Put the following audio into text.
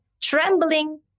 trembling